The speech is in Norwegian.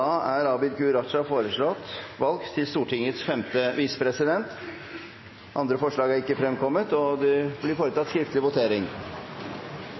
er Abid Q. Raja . Abid Q. Raja er foreslått valgt til Stortingets femte visepresident. – Andre forslag foreligger ikke. Det foretas skriftlig